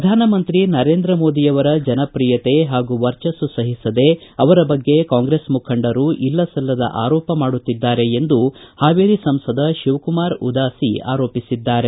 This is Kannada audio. ಪ್ರಧಾನ ಮಂತ್ರಿ ನರೇಂದ್ರ ಮೋದಿಯವರ ಜನಪ್ರಿಯತೆ ಪಾಗೂ ವರ್ಜಸ್ನು ಸಹಿಸದೇ ಅವರ ಬಗ್ಗೆ ಕಾಂಗ್ರೆಸ್ ಮುಖಂಡರು ಇಲ್ಲ ಸಲ್ಲದ ಆರೋಪ ಮಾಡುತ್ತಿದ್ದಾರೆ ಎಂದು ಪಾವೇರಿ ಸಂಸದ ಶಿವಕುಮಾರ ಉದಾಸಿ ಆರೋಪಿಸಿದ್ದಾರೆ